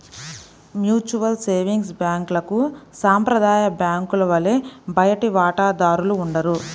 mutual savings బ్యాంక్లకు సాంప్రదాయ బ్యాంకుల వలె బయటి వాటాదారులు ఉండరు